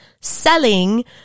selling